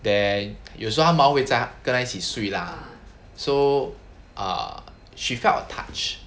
then 有时候他猫在跟他一起睡 lah so err she felt touch